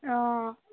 অঁ